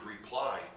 reply